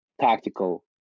tactical